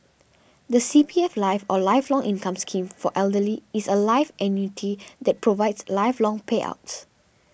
the C P F life or Lifelong Income Scheme for the elderly is a life annuity that provides lifelong payouts